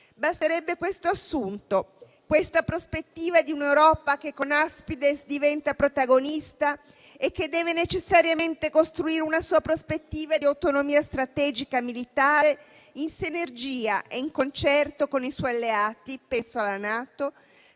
Basterebbe questo assunto, questa prospettiva di un'Europa che con Aspides diventa protagonista e che deve necessariamente costruire una sua prospettiva di autonomia strategica militare, in sinergia e in concerto con i suoi alleati (penso alla NATO),